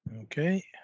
Okay